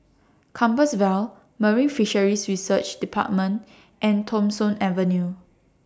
Compassvale Marine Fisheries Research department and Thong Soon Avenue